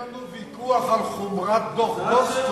אין לנו ויכוח על חומרת דוח גולדסטון,